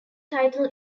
title